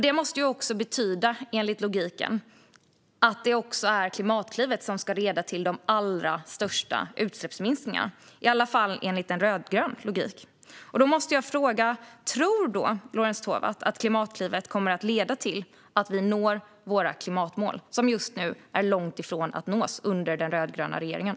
Detta måste betyda, enligt logiken, att det också är Klimatklivet som ska leda till de allra största utsläppsminskningarna, i alla fall enligt en rödgrön logik. Då måste jag fråga: Tror Lorentz Tovatt att Klimatklivet kommer att leda till att vi når våra klimatmål, som vi just nu är långt ifrån att nå, under den rödgröna regeringen?